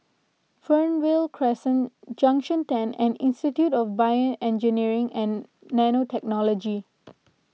Fernvale Crescent Junction ten and Institute of BioEngineering and Nanotechnology